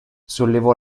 sollevò